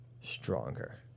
stronger